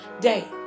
day